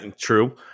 True